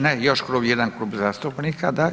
Ne, još klub jedan, klub zastupnika, da.